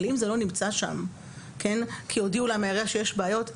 אבל אם זה לא נמצא שם כי הודיעו לה שיש בעיות,